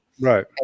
right